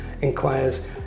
inquires